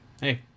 hey